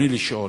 רצוני לשאול: